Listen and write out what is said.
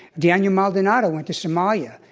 daniel maldonado went to somalia.